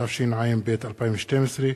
התשע"ב 2012,